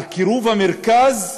על קירוב המרכז לפריפריה,